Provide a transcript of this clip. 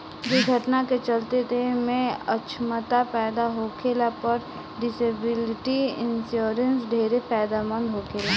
दुर्घटना के चलते देह में अछमता पैदा होखला पर डिसेबिलिटी इंश्योरेंस ढेरे फायदेमंद होखेला